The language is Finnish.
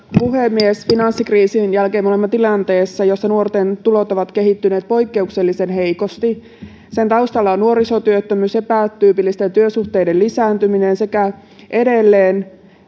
puhemies finanssikriisin jälkeen me olemme tilanteessa jossa nuorten tulot ovat kehittyneet poikkeuksellisen heikosti sen taustalla on nuorisotyöttömyys epätyypillisten työsuhteiden lisääntyminen sekä edelleen